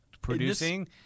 Producing